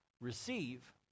receive